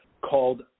called